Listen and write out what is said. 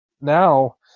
now